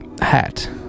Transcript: hat